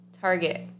Target